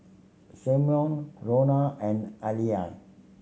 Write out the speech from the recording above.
Simona Ronna and Halie